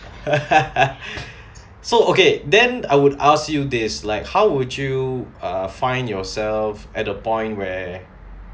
so okay then I would ask you this like how would you uh find yourself at a point where